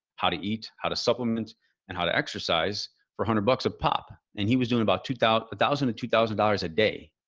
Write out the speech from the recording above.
how to eat, how to supplement and how to exercise for a hundred bucks a pop. and he was doing about two thousand, a thousand to two thousand dollars a day.